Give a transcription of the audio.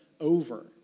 over